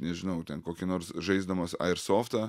nežinau ten kokį nors žaisdamas airsoftą